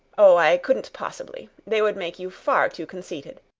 oh, i couldn't possibly. they would make you far too conceited.